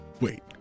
wait